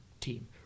team